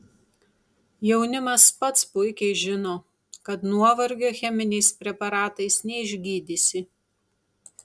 jaunimas pats puikiai žino kad nuovargio cheminiais preparatais neišgydysi